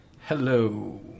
Hello